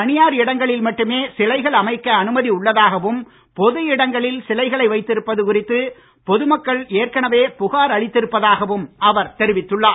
தனியார் இடங்களில் மட்டுமே சிலைகள் அமைக்க அனுமதி உள்ளதாகவும் பொது இடங்களில் சிலைகள் வைத்திருப்பது குறித்து பொது மக்கள் ஏற்கனவே புகார் அளித்திருப்பதாகவும் அவர் தெரிவித்துள்ளார்